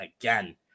again